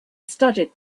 studied